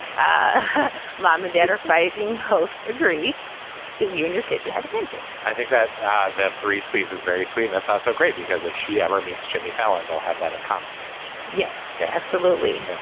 ah mom and dad are fighting host agree that you and your kids, you have a handshake i think that ah that three squeeze is very sweet. and it's also ah so great because if she ever meets jimmy fallon, they'll have that in common yes. yeah, absolutely